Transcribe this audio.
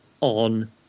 on